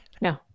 No